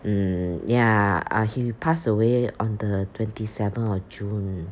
um ya uh he pass away on the twenty seventh of june